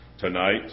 Tonight